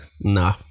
nah